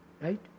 Right